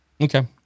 Okay